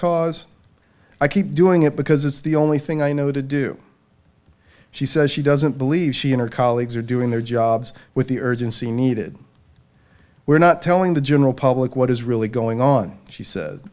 cause i keep doing it because it's the only thing i know to do she says she doesn't believe she and her colleagues are doing their jobs with the urgency needed we're not telling the general public what is really going on she sa